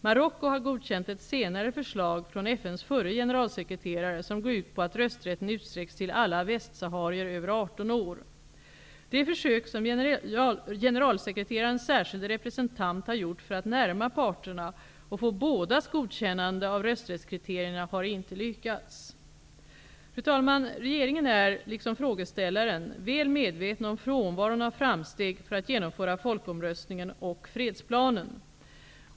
Marocko har godkänt ett senare förslag från FN:s förre generalsekreterare som går ut på att rösträtten utsträcks till alla västsaharier över 18 år. De försök som generalsekreterarens särskilde representant har gjort för att närma parterna och få bådas godkännande av rösträttskriterierna har inte lyckats. Fru talman! Regeringen är, liksom frågeställaren, väl medveten om frånvaron av framsteg för att genomföra folkomröstningen och fredsplanen.